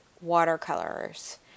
watercolors